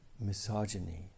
misogyny